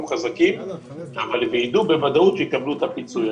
חזקים ויידעו בוודאות שיקבלו את הפיצוי.